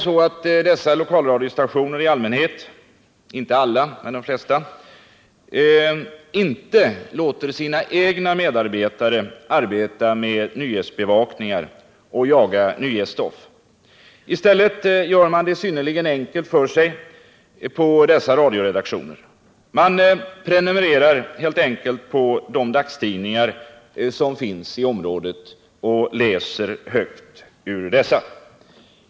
Dessa lokalradiostationer — inte alla men de flesta — låter i allmänhet inte sina egna medarbetare arbeta med nyhetsbevakning och jaga nyhetsstoff. I stället gör man det synnerligen enkelt för sig på dessa radioredaktioner. Man prenumererar helt enkelt på de dagstidningar som finns i området och läser högt ur dessa.